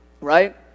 Right